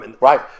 Right